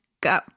go